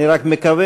אני רק מקווה,